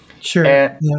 Sure